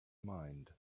mind